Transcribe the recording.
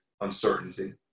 uncertainty